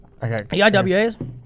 EIWAs